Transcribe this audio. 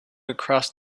across